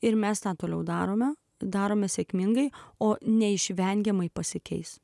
ir mes toliau darome darome sėkmingai o neišvengiamai pasikeis